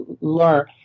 learn